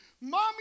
Mommy